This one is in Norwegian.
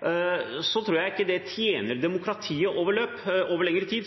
tror jeg ikke det tjener demokratiet over lengre tid.